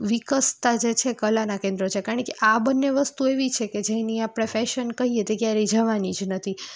વિકસતા જે છે કલાનાં કેન્દ્ર છે કારણ કે આ બંને વસ્તુ એવી છે કે જેની આપણે ફેશન કહીએ તે ક્યારેય જવાની જ નથી